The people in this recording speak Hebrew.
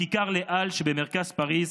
בכיכר לה אל שבמרכז פריז,